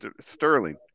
Sterling